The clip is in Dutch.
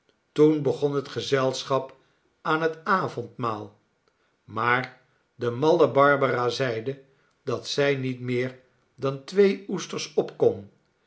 toen begon het gezelschap aan het avondmaal maar de malle barbara zeide dat zij niet meer dan twee oesters op